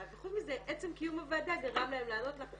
וחוץ מזה עצם קיום הוועדה גרם להם לענות לך,